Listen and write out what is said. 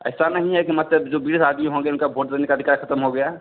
ऐसा नहीं है कि मतलब जो बीस आदमी होंगे उनका भोट देनेका अधिकार खत्म हो गया